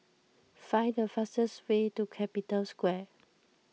find the fastest way to Capital Square